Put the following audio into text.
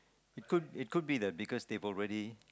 it could it could be that because they've already